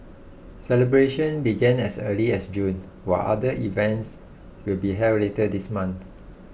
celebrations began as early as June while other events will be held later this month